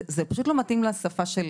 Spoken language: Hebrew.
זה פשוט לא מתאים לשפה של